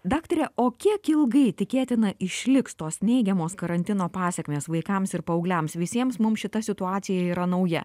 daktare o kiek ilgai tikėtina išliks tos neigiamos karantino pasekmės vaikams ir paaugliams visiems mums šita situacija yra nauja